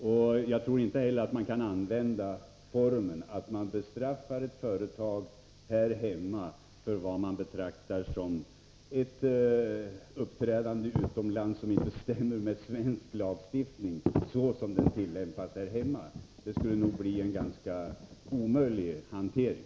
Vi kan inte heller använda metoden att bestraffa ett företag här hemma för ett uppträdande utomlands som inte stämmer med svensk lagstiftning. Det skulle nog bli en ganska omöjlig hantering.